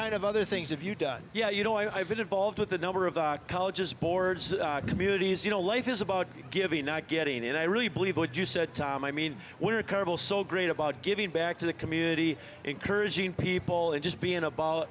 kind of other things have you done yeah you know i've been involved with a number of colleges boards communities you know life is about giving not getting it i really believe what you said tom i mean we're a couple so great about giving back to the community encouraging people in just being a ball